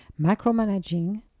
Macromanaging